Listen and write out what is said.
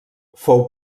fou